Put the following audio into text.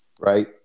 right